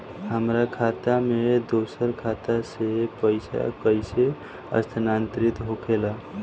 हमार खाता में दूसर खाता से पइसा कइसे स्थानांतरित होखे ला?